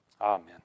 Amen